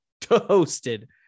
toasted